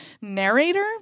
narrator